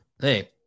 hey